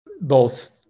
both-